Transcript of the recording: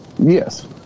Yes